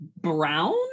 brown